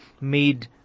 made